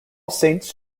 saints